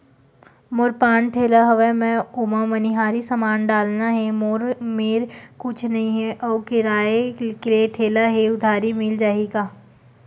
मोर पान ठेला हवय मैं ओमा मनिहारी समान डालना हे मोर मेर कुछ नई हे आऊ किराए के ठेला हे उधारी मिल जहीं का?